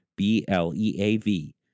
BLEAV